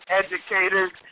educators